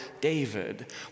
David